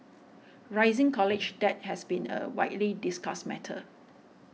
rising college debt has been a widely discussed matter